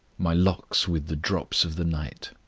my locks with the drops of the night.